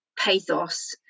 pathos